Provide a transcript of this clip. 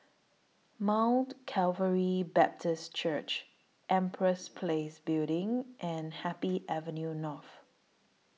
Mount Calvary Baptist Church Empress Place Building and Happy Avenue North